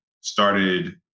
started